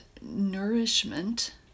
nourishment